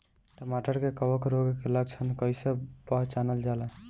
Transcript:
टमाटर मे कवक रोग के लक्षण कइसे पहचानल जाला?